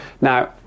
now